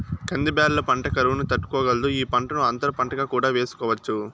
కంది బ్యాళ్ళ పంట కరువును తట్టుకోగలదు, ఈ పంటను అంతర పంటగా కూడా వేసుకోవచ్చు